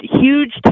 huge